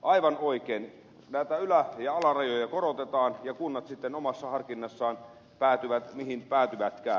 aivan oikein näitä ylä ja alarajoja korotetaan ja kunnat sitten omassa harkinnassaan päätyvät mihin päätyvätkään